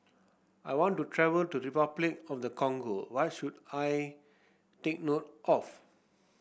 I want to travel to Repuclic of the Congo what should I take note of